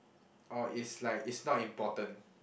or it's like it's not important